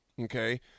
Okay